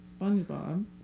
SpongeBob